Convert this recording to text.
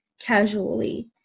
casually